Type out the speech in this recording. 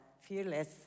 fearless